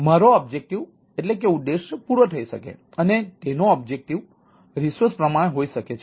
તેથી મારો ઉદ્દેશ પૂરો થઇ શકે અને તેનો ઉદ્દેશ રિસોર્સ પ્રમાણે હોઈ શકે છે